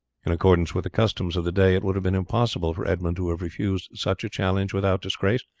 in accordance with the customs of the day it would have been impossible for edmund to have refused such a challenge without disgrace,